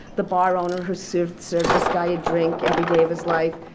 the bar owner who served served this guy a drink every day of his life.